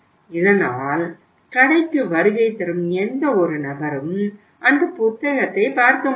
இதனால் கடைக்கு வருகை தரும் எந்தவொரு நபரும் அந்த புத்தகத்தை பார்க்க முடியும்